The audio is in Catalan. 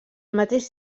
mateix